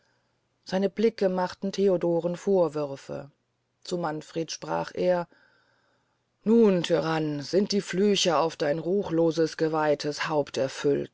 seine blicke machten theodoren vorwürfe zu manfred sprach er nun tyrann sind die flüche auf dein ruchloses geweihtes